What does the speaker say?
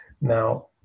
Now